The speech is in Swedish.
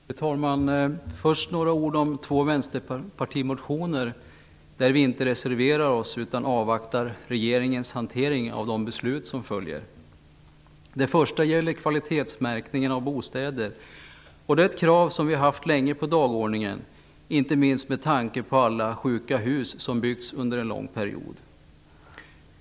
Fru talman! Först några ord om två vänsterpartimotioner, i fråga om vilka vi inte reserverar oss utan avvaktar regeringens hantering av de beslut som följer. Först gäller det kvalitetsmärkning av bostäder. Det är ett krav som vi länge haft på vår dagordning, inte minst med tanke på alla sjuka hus som byggts under en lång period.